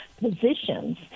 positions